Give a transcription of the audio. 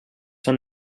són